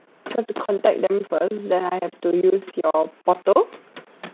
try to contact them first then I have to use your portal